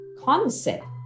Concept